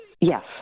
Yes